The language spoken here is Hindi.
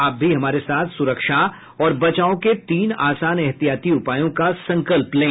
आप भी हमारे साथ सुरक्षा और बचाव के तीन आसान एहतियाती उपायों का संकल्प लें